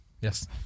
Yes